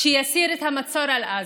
שיסיר את המצור על עזה,